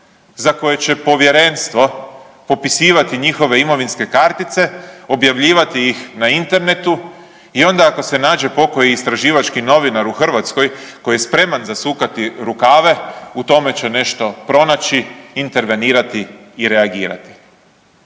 za koje će povjerenstvo popisivati njihove imovinske kartice, objavljivati ih na internetu i onda ako se nađe pokoji istraživački novinar u Hrvatskoj koji je spreman zasukati rukave u tome će nešto pronaći, intervenirati i reagirati.